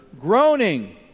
groaning